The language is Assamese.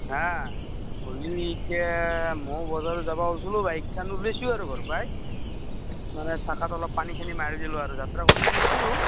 হা হ'লেও এতিয়া মইও বজাৰ যাব ওলাইছিলোঁ বাইকখন ওলাইছোঁ আৰু ঘৰৰ পৰাই মানে চকাত অলপ পানী চানী মাৰি দিলোঁ আৰু যাত্ৰা কৰিব ওলাইছিলোঁ